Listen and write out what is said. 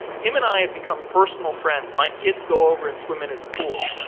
him and i have become personal friends. my kids go over and swim in his pool.